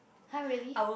!huh! really